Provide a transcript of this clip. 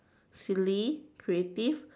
silly creative